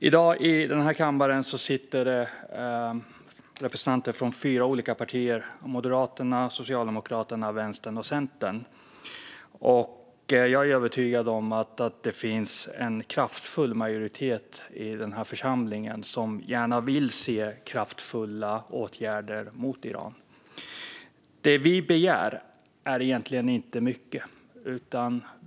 I dag sitter representanter från fyra olika partier här i kammaren och debatterar med utrikesministern: Moderaterna, Socialdemokraterna, Vänsterpartiet och Centern. Jag är övertygad om att det finns en stark majoritet i den här församlingen som vill se kraftfulla åtgärder mot Iran. Det vi begär är egentligen inte mycket.